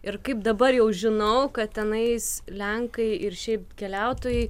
ir kaip dabar jau žinau kad tenais lenkai ir šiaip keliautojai